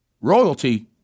royalty